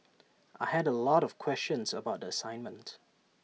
I had A lot of questions about the assignment